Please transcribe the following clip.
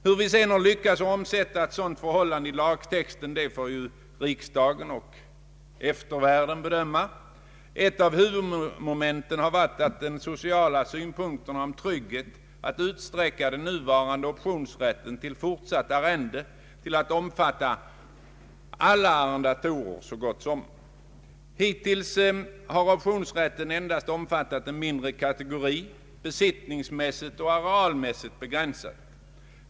Hur vi sedan lyckats omsätta ett sådant förhållande i lagtexten får riksdagen och eftervärlden bedöma. Ett av huvudmomenten har varit den sociala synpunkten om trygghet, att utsträcka den nuvarande optionsrätten till fortsatt arrende att omfatta så gott som alla arrendatorer. Hittills har optionsrätten endast omfattat en mindre kategori, besittningsmässigt och arealmässigt begränsat.